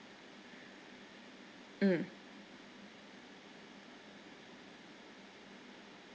mm